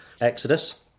Exodus